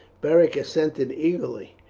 beric assented eagerly,